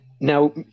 Now